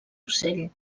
ocell